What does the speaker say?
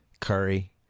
Curry